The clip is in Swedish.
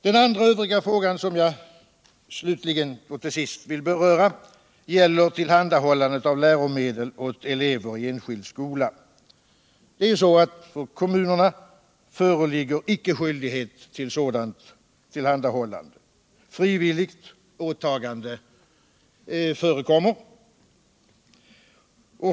Den andra övriga frågan, som jag ull allra sist vill beröra, gäller ullhandahällande av läromedel åt elever i enskild skola. För kommunerna föreligger icke skyldighet till sådant tillhandahållande, men frivilligt åtagande förekommer.